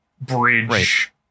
bridge